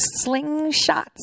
slingshots